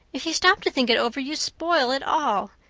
if you stop to think it over you spoil it all.